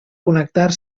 connectar